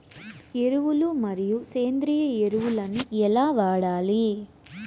ఎరువులు మరియు సేంద్రియ ఎరువులని ఎలా వాడాలి?